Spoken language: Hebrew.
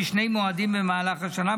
בשני מועדים במהלך השנה,